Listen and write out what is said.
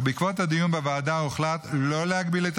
אך בעקבות הדיון בוועדה הוחלט לא להגביל את